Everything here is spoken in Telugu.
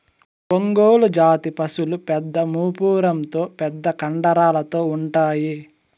ఒంగోలు జాతి పసులు పెద్ద మూపురంతో పెద్ద కండరాలతో ఉంటాయి